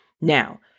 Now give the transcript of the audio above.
Now